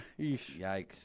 Yikes